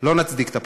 לא נצדיק את הבחירה.